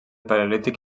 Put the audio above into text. paleolític